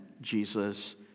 Jesus